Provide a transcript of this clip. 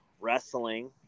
wrestling